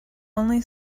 only